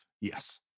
Yes